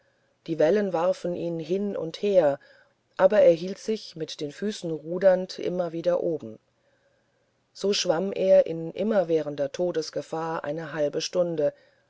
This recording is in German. die wellen warfen ihn hin und her aber er hielt sich mit den füßen rudernd immer wieder oben so schwamm er in immerwährender todesgefahr eine halbe stunde